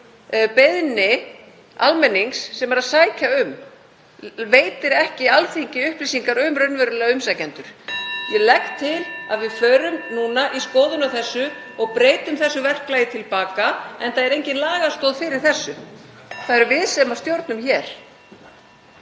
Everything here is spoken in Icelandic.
beiðni almennings sem sækir um, veitir ekki Alþingi upplýsingar um raunverulega umsækjendur. (Forseti hringir.) Ég legg til að við förum núna í skoðun á þessu og breytum þessu verklagi til baka, enda er engin lagastoð fyrir þessu. Það eru við sem stjórnum hér.